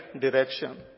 direction